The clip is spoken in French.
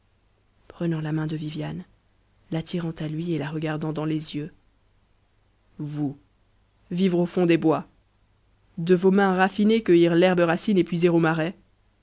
f viviane f ïm lui et la regardant f t's f p vous vivre au fond des bois de vos mains rantnées cueillir lherbe racine et puiser au marais